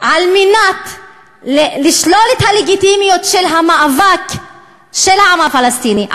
על מנת לשלול את הלגיטימיות של המאבק של העם הפלסטיני,